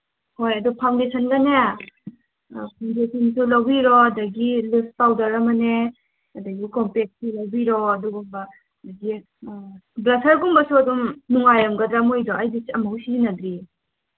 ꯍꯣꯏ ꯑꯗꯨ ꯐꯥꯎꯟꯗꯦꯁꯟꯒꯅꯦ ꯐꯥꯎꯟꯗꯦꯁꯟ ꯂꯧꯕꯤꯔꯣ ꯑꯗꯒꯤ ꯄꯥꯎꯗꯔ ꯑꯃꯅꯦ ꯑꯗꯒꯤ ꯀꯣꯝꯄꯦꯛꯁꯨ ꯂꯧꯕꯤꯔꯣ ꯑꯗꯨꯒꯨꯝꯕ ꯑꯗꯒꯤ ꯕ꯭ꯂꯁꯔꯒꯨꯝꯕꯁꯨ ꯑꯗꯨꯝ ꯅꯨꯡꯉꯥꯏꯔꯝꯒꯗ꯭ꯔꯥ ꯃꯣꯏꯗꯣ ꯑꯩꯗꯤ ꯑꯝꯕꯨꯛ ꯁꯤꯖꯤꯟꯅꯗ꯭ꯔꯤꯌꯦ